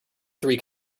three